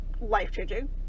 life-changing